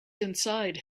inside